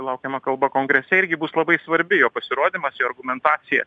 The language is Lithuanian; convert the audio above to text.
laukiama kalba kongrese irgi bus labai svarbi jo pasirodymas jo argumentacija